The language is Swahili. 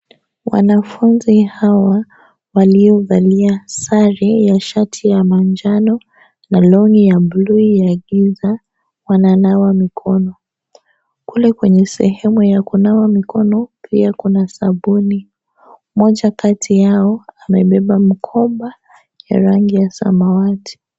Wanafunzi hawa waliovalia sare na shati ya manjano, na long'i ya buluu ya giza, wananawa mikono. Kule kwenye sehemu ya kunawa mikono pia kuna sabuni. Mmoja kati yao amebebe mkoba ya rangi ya samawati.